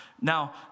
Now